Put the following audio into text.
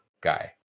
guy